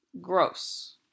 gross